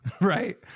right